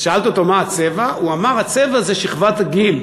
שאלתי אותו מה הצבע, והוא אמר: הצבע זה שכבת הגיל,